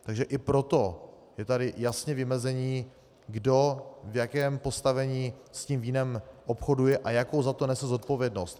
Takže i proto je tady jasné vymezení, kdo v jakém postavení s tím vínem obchoduje a jakou za to nese zodpovědnost.